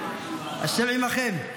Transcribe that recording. ----- "השם עימכם".